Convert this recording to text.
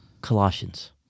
Colossians